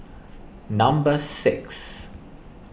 number six